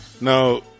now